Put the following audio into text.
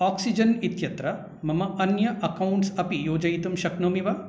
oxygen इत्यत्र मम अन्य अक्कौण्ट्स् अपि योजयितुं शक्नोमि वा